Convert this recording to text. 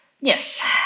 Yes